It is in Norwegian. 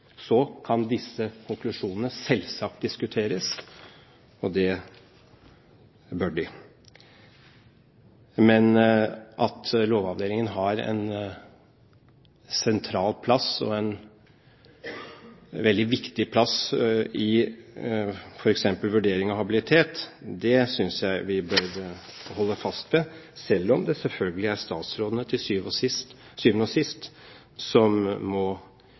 Så kan disse konklusjonene selvsagt diskuteres, og det bør de. Men at Lovavdelingen har en sentral plass og en veldig viktig plass i f.eks. vurdering av habilitet, synes jeg vi bør holde fast ved, selv om det selvfølgelig er statsrådene som til syvende og sist